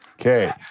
Okay